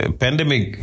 pandemic